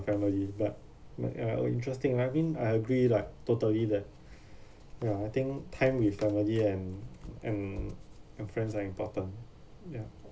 family but but uh oh interesting I mean I agree like totally that ya I think time with family and and and friends are important ya